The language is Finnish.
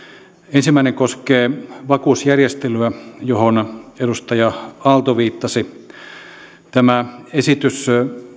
ensimmäinen koskee vakuusjärjestelyä johon edustaja aalto viittasi tämä esitys